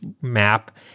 map